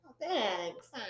Thanks